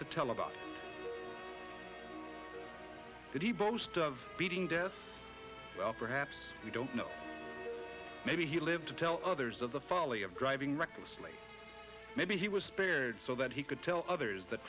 to tell about it he boasted of beating death perhaps you don't know maybe he lived to tell others of the folly of driving recklessly maybe he was spared so that he could tell others th